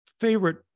favorite